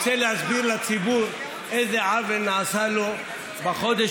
רוצה להסביר לציבור איזה עוול נעשה לו בחודש